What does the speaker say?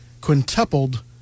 quintupled